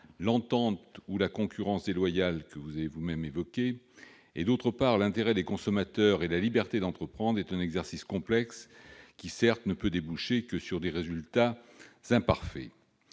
l'entente ou la concurrence déloyale, que vous avez vous-même évoquée, madame la secrétaire d'État, et, d'autre part, l'intérêt des consommateurs et la liberté d'entreprendre est un exercice complexe, qui, certes, ne peut déboucher que sur des résultats imparfaits.